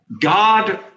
God